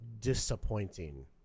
disappointing